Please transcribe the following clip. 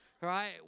right